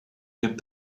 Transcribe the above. get